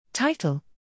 Title